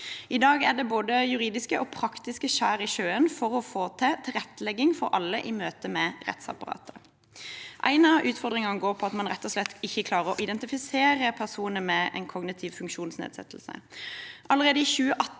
I dag er det både juridiske og praktiske skjær i sjøen for å få til tilrettelegging for alle i møte med rettsapparatet. En av utfordringene går på at man rett og slett ikke klarer å identifisere personer med en kognitiv funksjonsnedsettelse.